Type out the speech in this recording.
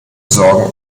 sorgen